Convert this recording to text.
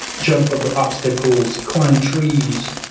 jump over obstacles, climb trees,